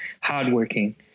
hardworking